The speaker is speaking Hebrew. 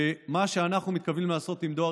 ואת מה שאנחנו מתכוונים לעשות עם דואר